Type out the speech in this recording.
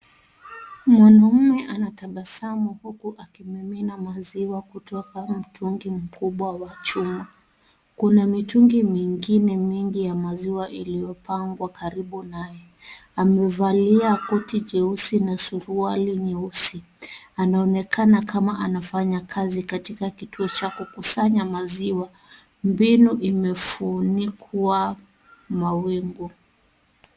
Mwanaume anatabasamu huku akimimina maziwa kutoka mtungi mkubwa wa chuma. Kuna mitungi mingine mingi ya maziwa iliyopangwa karibu naye. Amevalia koti jeusi na suruali nyeusi. Anaonekana Kama anafanya kazi katika kituo Cha kukusanya maziwa, mbinu imefunikwa mawingu.